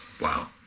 Wow